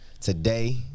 Today